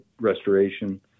restoration